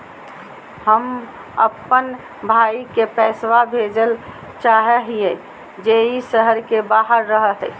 हम अप्पन भाई के पैसवा भेजल चाहो हिअइ जे ई शहर के बाहर रहो है